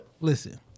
Listen